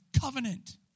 Covenant